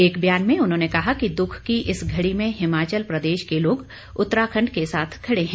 एक बयान में उन्होंने कहा कि दुख की इस घड़ी में हिमाचल प्रदेश के लोग उत्तराखंड के साथ खड़े हैं